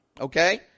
Okay